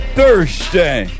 Thursday